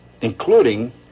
including